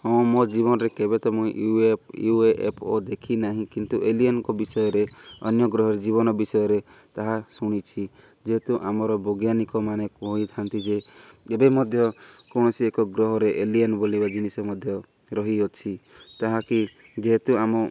ହଁ ମୋ ଜୀବନରେ କେବେ ତ ମୁଇଁ U F U A F O ଦେଖି ନାହିଁ କିନ୍ତୁ ଏଲିଏନ୍ଙ୍କ ବିଷୟରେ ଅନ୍ୟ ଗ୍ରହରେ ଜୀବନ ବିଷୟରେ ତାହା ଶୁଣିଛି ଯେହେତୁ ଆମର ବୈଜ୍ଞାନିକମାନେ କହିଥାନ୍ତି ଯେ ଏବେ ମଧ୍ୟ କୌଣସି ଏକ ଗ୍ରହରେ ଏଲିଏନ୍ ବୁଲିବା ଜିନିଷ ମଧ୍ୟ ରହିଅଛି ତାହାକି ଯେହେତୁ ଆମ